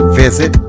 visit